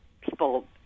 people